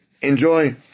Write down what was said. enjoy